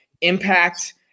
impact